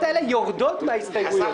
שהסתייגוית האלה יורדות מההסתייגויות.